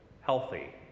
healthy